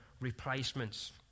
replacements